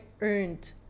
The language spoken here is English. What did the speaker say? earned